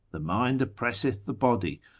the mind oppresseth the body,